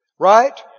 Right